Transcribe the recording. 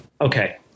Okay